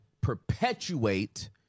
perpetuate